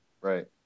Right